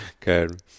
Good